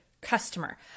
customer